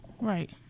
right